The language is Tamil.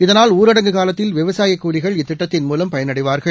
இதனால் ஊரடங்கு காலத்தில் விவசாயகூலிகள் இத்திட்டத்தின் மூலம் பயனடைவார்கள்